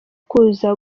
kuza